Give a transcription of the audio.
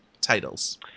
titles